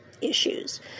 issues